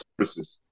services